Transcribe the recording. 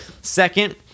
Second